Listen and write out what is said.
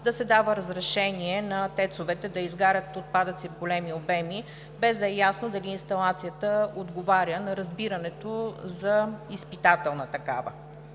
да се дава разрешение на ТЕЦ овете да изгарят отпадъци в големи обеми, без да е ясно дали инсталацията отговаря на разбирането за изпитателна такава.